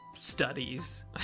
studies